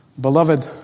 Beloved